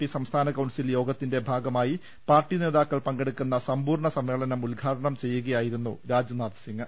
P സംസ്ഥാന council യോഗത്തിന്റെ ഭാഗമായി പാർട്ടി നേതാക്കൾ പങ്കെടുക്കുന്ന സമ്പൂർണ സമ്മേളനം ഉദ്ഘാടനം ചെയ്യുകയായിരുന്നു രാജ്നാഥ് സിംഗ്